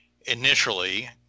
initially